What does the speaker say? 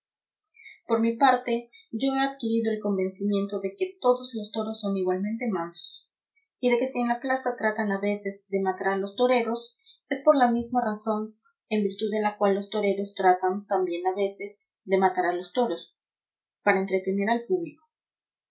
por mi parte yo he adquirido el convencimiento de que todos los toros son igualmente mansos y de que si en la plaza tratan a veces de matar a los toreros es por la misma razón en virtud de la cual los toreros tratan también a veces de matar a los toros para entretener al público